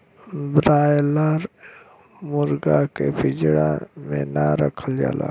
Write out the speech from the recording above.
broiler मुरगा के पिजड़ा में ना रखल जाला